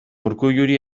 urkulluri